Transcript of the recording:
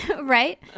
right